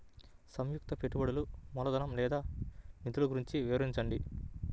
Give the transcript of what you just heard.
సంయుక్త పెట్టుబడులు మూలధనం లేదా నిధులు గురించి వివరించండి?